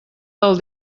del